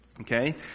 Okay